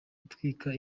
gutwika